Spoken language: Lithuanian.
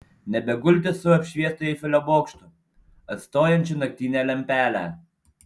nebegulti su apšviestu eifelio bokštu atstojančiu naktinę lempelę